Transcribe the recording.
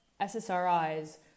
SSRIs